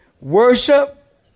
Worship